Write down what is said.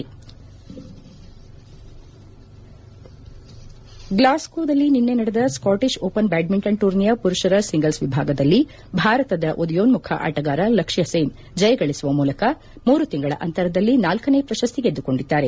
ಸಾಂಪ್ ಗ್ಲಾಸೋದಲ್ಲಿ ನಿನೈ ನಡೆದ ಸಾಟಷ್ open badminton ಟೂರ್ನಿಯ ಪುರುಷರ ಸಿಂಗಲ್ ವಿಭಾಗದಲ್ಲಿ ಭಾರತದ ಉದಯೋನ್ನುಖ ಆಟಗಾರ ಲಕ್ಷ್ಯಸೇನ್ ಜಯಗಳಿಸುವ ಮೂಲಕ ಮೂರು ತಿಂಗಳ ಅಂತರದಲ್ಲಿ ನಾಲ್ಲನೇ ಪ್ರಶಸ್ತಿ ಗೆದ್ದುಕೊಂಡಿದ್ದಾರೆ